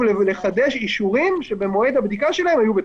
לחדש אישורים שבמועד הבדיקה שלהם היו בתוקף.